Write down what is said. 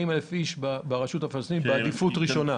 40,000 איש ברשות הפלסטינית בעדיפות ראשונה.